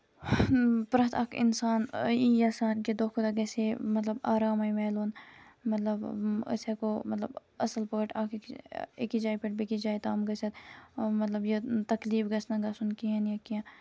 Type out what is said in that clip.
پرٛٮ۪تھ اَکھ اِنسان یی یژھان کہِ دۄہ کھۄتہٕ دۄہ گَژھِ ہے مطلب آرامٕے مِلُن مطلب ٲسۍ ہیٚکو مطلب اصل پٲٹھۍ اَکھ أکِس أکِس جایہِ پٮ۪ٹھ بیٚکِس جایہِ تام گٔژھِتھ مطلب یہِ تکلیٖف گَژھِ نہٕ گَژھُن کِہیٖنۍ یا کیٚنٛہہ